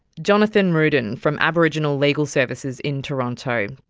jonathan rudin from aboriginal legal services in toronto.